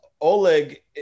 oleg